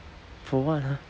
for what ah